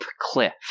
cliff